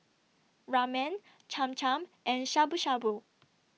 Ramen Cham Cham and Shabu Shabu